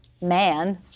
man